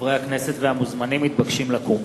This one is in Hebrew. חברי הכנסת והמוזמנים מתבקשים לקום.